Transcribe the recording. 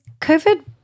covid